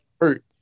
hurt